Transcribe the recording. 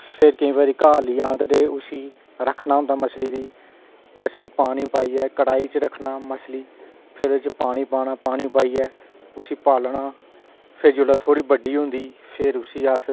फिर केईं बारी घर लेई आंदे रेह् उसी रक्खना होंदा मच्छली गी मचट्छली पानी पाइयै कड़ाही च रक्खना मच्छली फिर ओह्दे च पानी पाना पानी पाइयै उसी पालना फिर जेल्लै थोह्ड़ी बड्डी होंदी ते फिर उसी अस